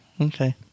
Okay